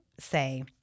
say